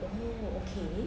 oh okay